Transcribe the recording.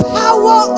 power